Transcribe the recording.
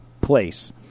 place